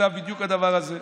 נכתב בדיוק הדבר הזה.